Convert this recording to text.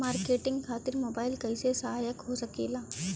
Marketing खातिर mobile कइसे सहायक हो सकेला?